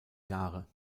jahre